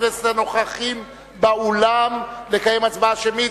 הכנסת הנוכחים באולם לקיים הצבעה שמית.